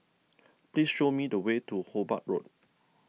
please show me the way to Hobart Road